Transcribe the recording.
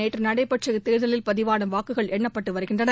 நேற்று நடைபெற்ற இத்தேர்தலில் பதிவான வாக்குகள் எண்ணப்பட்டு வருகின்றன